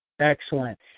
Excellent